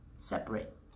Separate